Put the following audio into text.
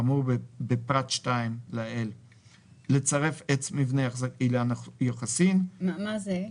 גם האמור בפרט 2 (לצרף עץ מבנה של "אילן היוחסין");" מה זה?